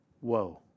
Whoa